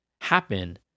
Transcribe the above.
happen